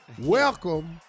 Welcome